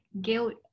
guilt